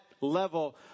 level